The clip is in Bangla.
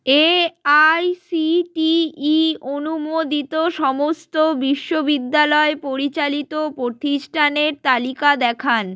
A I C T E অনুমোদিত সমস্ত বিশ্ববিদ্যালয় পরিচালিত প্রতিষ্ঠানের তালিকা দেখান